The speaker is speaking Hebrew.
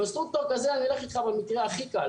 קונסטרוקטור כזה, אני אלך איתך במקרה הכי קל.